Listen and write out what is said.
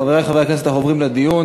חברי הכנסת, אנחנו עוברים לדיון.